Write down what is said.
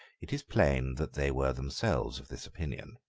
it is plain that they were themselves of this opinion.